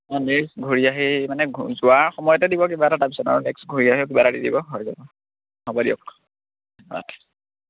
অঁ নেক্সট ঘূৰি আহি মানে ঘূ যোৱা সময়তে দিব কিবা এটা তাৰপিছত আৰু নেক্সট ঘূৰি আহি কিবা এটা দি দিব হৈ যাব হ'ব দিয়ক অঁ ঠিক আছে